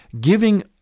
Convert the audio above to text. giving